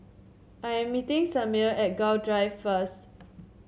I am meeting Samir at Gul Drive first